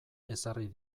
ezarri